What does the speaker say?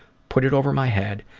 put it over my head,